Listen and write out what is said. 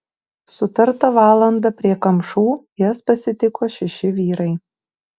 sutartą valandą prie kamšų jas pasitiko šeši vyrai